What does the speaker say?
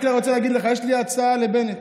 אני רק רוצה להגיד לך, יש לי הצעה לבנט.